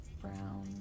Brown